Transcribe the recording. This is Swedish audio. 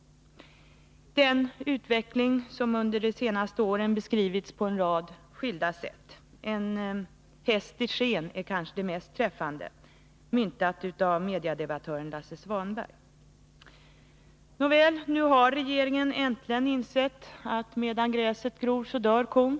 Det är en utveckling som under de senaste åren beskrivits på en rad skilda sätt. En häst i sken är kanske det mest träffande — myntat av mediedebattören Lasse Svanberg. Nr 108 Nåväl — nu har regeringen äntligen insett att medan gräset gror, så dör kon.